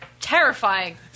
Terrifying